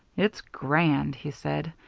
it's grand, he said.